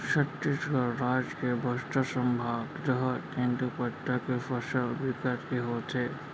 छत्तीसगढ़ राज के बस्तर संभाग डहर तेंदूपत्ता के फसल बिकट के होथे